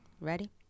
Ready